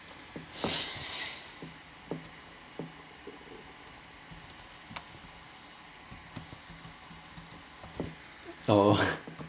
oh